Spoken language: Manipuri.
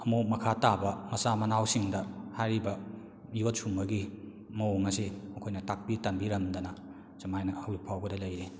ꯑꯃꯨꯛ ꯃꯈꯥ ꯇꯥꯕ ꯃꯆꯥ ꯃꯅꯥꯎꯁꯤꯡꯗ ꯍꯥꯏꯔꯤꯕ ꯌꯣꯠ ꯁꯨꯝꯕꯒꯤ ꯃꯑꯣꯡ ꯑꯁꯤ ꯃꯈꯣꯏꯅ ꯇꯥꯛꯄꯤ ꯇꯝꯕꯤꯔꯝꯗꯅ ꯁꯨꯃꯥꯏꯅ ꯍꯧꯖꯤꯛ ꯐꯥꯎꯕꯗ ꯂꯩꯔꯤ